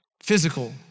physical